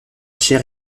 chair